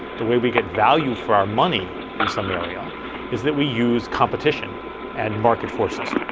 the way we get value for our money in some area is that we use competition and market forces.